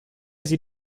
sie